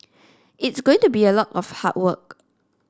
it's going to be a lot of hard work